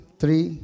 three